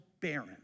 barren